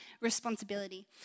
responsibility